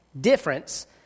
difference